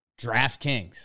DraftKings